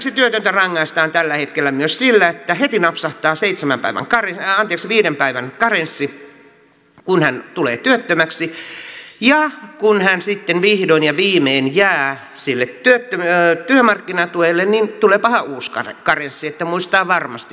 sen lisäksi työtöntä rangaistaan tällä hetkellä myös sillä että heti napsahtaa viiden päivän karenssi kun hän tulee työttömäksi ja kun hän sitten vihdoin ja viimein jää sille työmarkkinatuelle niin tuleepahan uusi karenssi että muistaa varmasti missä on